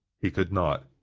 he could not.